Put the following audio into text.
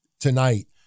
tonight